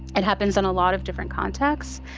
it happens in a lot of different contexts.